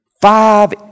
five